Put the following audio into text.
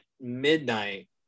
midnight